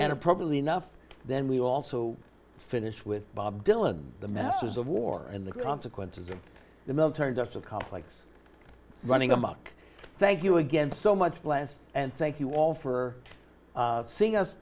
and a probably enough then we also finish with bob dylan the masters of war and the consequences of the military industrial complex running amok thank you again so much blessed and thank you all for seeing us